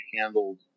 handled